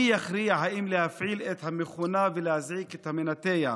מי יכריע אם להפעיל את המכונה ולהזעיק את המנתח,